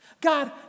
God